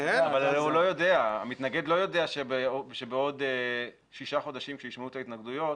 אבל המתנגד לא יודע שבעוד שישה חודשים כשישמעו את ההתנגדויות,